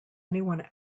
anyone